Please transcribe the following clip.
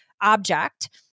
object